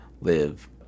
live